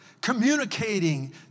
communicating